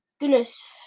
goodness